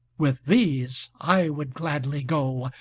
with these i would gladly go,